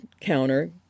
counter